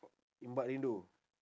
ombak rindu